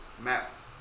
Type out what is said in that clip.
Maps